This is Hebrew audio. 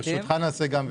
ברשותך, נעשה גם וגם.